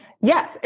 yes